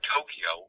Tokyo